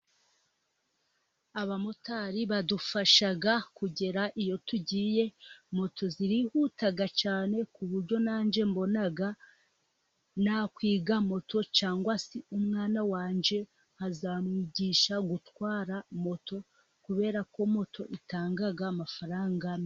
Abamotari badufasha kugera iyo tugiye, moto zirihuta cyane ku buryo nanjye mbona, na kwiga moto cyangwa se umwana wanjye nkazamwigisha gutwara moto, kubera ko moto itanga amafaranga.